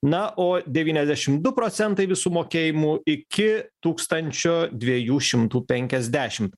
na o devyniasdešim du procentai visų mokėjimų iki tūkstančio dviejų šimtų penkiasdešim